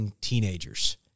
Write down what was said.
teenagers